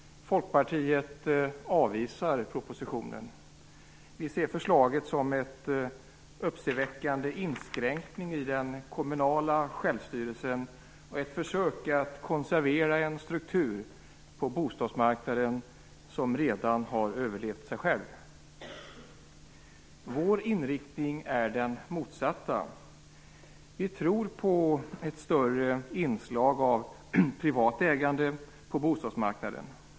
Folkpartiet avvisar propositionen. Vi ser förslaget som en uppseendeväckande inskränkning i den kommunala självstyrelsen och ett försök att konservera en struktur på bostadsmarknaden som redan har överlevt sig själv. Vår inriktning är den motsatta. Vi tror på ett större inslag av privat ägande på bostadsmarknaden.